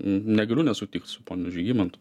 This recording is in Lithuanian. negaliu nesutikt su ponu žygimantu